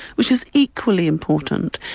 which is equally important,